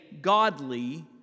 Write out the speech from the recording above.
godly